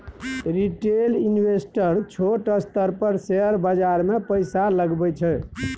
retail investor छोट स्तर पर शेयर बाजार मे पैसा लगबै छै